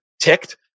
ticked